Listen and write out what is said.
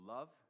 Love